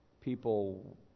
people